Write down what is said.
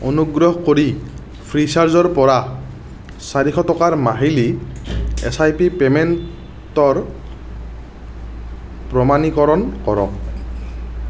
অনুগ্ৰহ কৰি ফ্ৰীচাৰ্জৰ পৰা চাৰিশ টকাৰ মাহিলী এছ আই পি পে'মেন টৰ প্ৰমাণীকৰণ কৰক